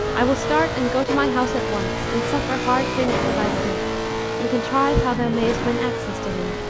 i will start and go to my house at once and suffer hard things for thy sake and contrive how thou mayst win access to him,